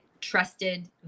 trusted